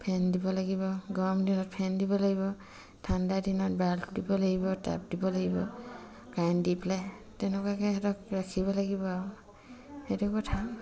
ফেন দিব লাগিব গৰম দিনত ফেন দিব লাগিব ঠাণ্ডা দিনত বাল্ব দিব লাগিব তাপ দিব লাগিব কাৰেণ্ট দি পেলাই তেনেকুৱাকৈ সিহঁতক ৰাখিব লাগিব আৰু সেইটো কথা